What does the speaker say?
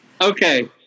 Okay